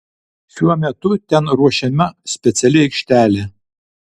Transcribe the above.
šiuo metu ten ruošiama speciali aikštelė